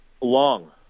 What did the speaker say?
Long